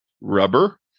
rubber